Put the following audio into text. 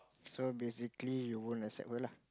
so basically you won't accept her lah